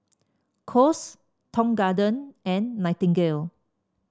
Kose Tong Garden and Nightingale